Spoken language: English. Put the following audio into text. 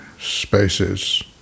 spaces